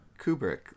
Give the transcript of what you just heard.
Kubrick